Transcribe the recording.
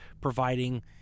providing